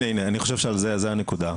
חושב שזו הנקודה.